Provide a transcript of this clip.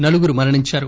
నలుగురు మరణించారు